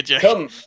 Come